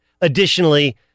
Additionally